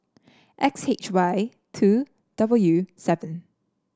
X H Y two W seven